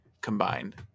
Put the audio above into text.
combined